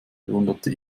bewunderte